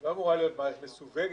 לא אמורה להיות מערכת מסווגת.